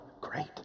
great